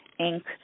Inc